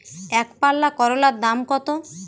একপাল্লা করলার দাম কত?